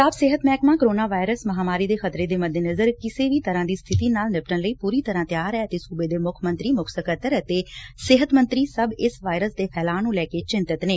ਪੰਜਾਬ ਸਿਹਤ ਮਹਿਕਮਾ corona virus ਮਹਾਂਮਾਰੀ ਦੇ ਖਤਰੇ ਦੇ ਮੱਦੇਨਜ਼ਰ ਕਿਸੇ ਵੀ ਤਰੂਾਂ ਦੀ ਸਬਿਤੀ ਨਾਲ ਨਿਪੱਟਣ ਲਈ ਪੂਰੀ ਤਰ੍ਹਾਂ ਤਿਆਰ ਐ ਅਤੇ ਸੂਬੇ ਦੇ ਮੁੱਖ ਮੰਤਰੀ ਮੁੱਖ ਸਕੱਤਰ ਅਤੇ ਸਿਹਤ ਮੰਤਰੀ ਸਭ ਇਸ ਵਾਇਰਸ ਦੇ ਫੈਲਾਅ ਨੂੰ ਲੈ ਕੇ ਚਿੰਤਤ ਨੇ